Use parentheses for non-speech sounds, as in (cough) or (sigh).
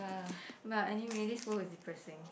(noise) but anyway this world is depressing